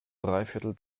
dreiviertel